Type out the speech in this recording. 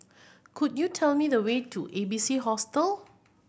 could you tell me the way to A B C Hostel